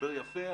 דיבר יפה,